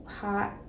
hot